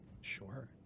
Sure